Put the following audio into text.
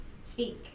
speak